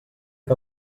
que